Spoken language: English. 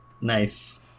Nice